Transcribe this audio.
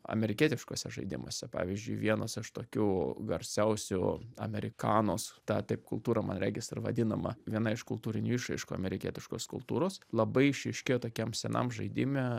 amerikietiškuose žaidimuose pavyzdžiui vienas iš tokių garsiausių amerikanos ta taip kultūra man regis ir vadinama viena iš kultūrinių išraiškų amerikietiškos kultūros labai išryškėjo tokiam senam žaidime